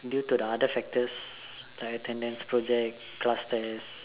due to the other factors like attendances project class test